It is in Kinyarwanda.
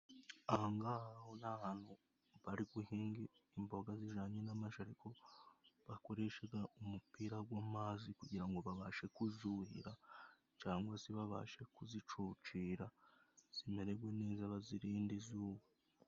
Aha ngaha ho ni ahantu bari buhinge imboga zijyanye n'amashu. Ariko bakoresha umupira w'amazi kugira ngo babashe kuzuhira cyangwa kuzicucira, ngo zimererwe neza bazirinde izuba.